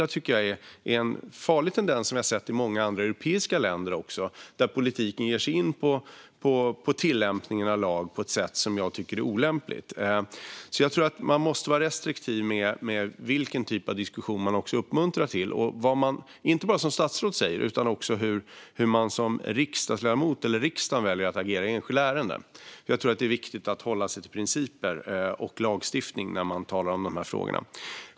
Det tycker jag är en farlig tendens som vi har sett i många andra europeiska länder, där politiken ger sig in på tillämpningen av lag på ett sätt som jag tycker är olämpligt. Därför tror jag att man måste vara restriktiv med vilken typ av diskussion som man uppmuntrar till och vad man inte bara som statsråd säger utan också hur man som riksdagsledamot, eller hur riksdagen, väljer att agera i enskilda ärenden. Jag tror att det är viktigt att hålla sig till principer och lagstiftning när man talar om dessa frågor.